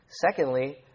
Secondly